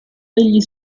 egli